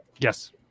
Yes